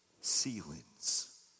ceilings